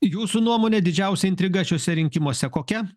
jūsų nuomone didžiausia intriga šiuose rinkimuose kokia